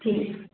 ठीकु